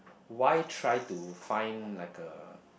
why try to find like a